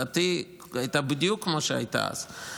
דעתי הייתה בדיוק כמו שהיא הייתה אז,